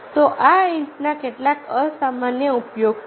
તો આ ઈંટના કેટલાક અસામાન્ય ઉપયોગો છે